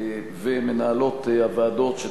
מנהלי הסיעות ומנהלות הוועדות,